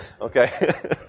Okay